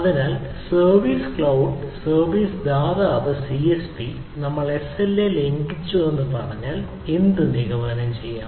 അതിനാൽ service cloud service ദാതാവ് CSP നമ്മൾ SLA ലംഘിച്ചുവെന്ന് പറഞ്ഞാൽ എന്ത് നിഗമനം ചെയ്യാം